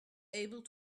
able